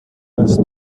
als